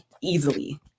easily